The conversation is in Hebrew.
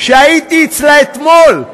שהייתי אצלה אתמול,